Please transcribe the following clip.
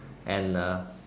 and uh